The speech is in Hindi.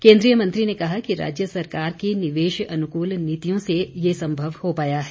केन्द्रीय मंत्री ने कहा कि राज्य सरकार की निवेश अनुकूल नीतियों से ये संभव हो पाया है